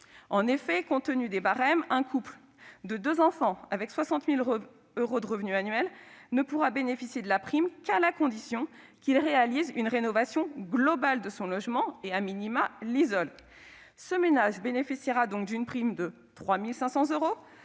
En effet, compte tenu des barèmes, un couple avec deux enfants touchant 60 000 euros de revenus annuels ne pourra bénéficier de la prime qu'à la condition de réaliser une rénovation globale de son logement ou, à tout le moins, de l'isoler. Ce ménage bénéficiera alors d'une prime de 3 500 euros